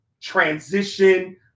transition